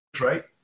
right